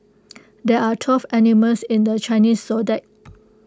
there are twelve animals in the Chinese Zodiac